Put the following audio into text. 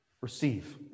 Receive